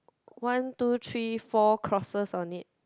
one two three four crosses on it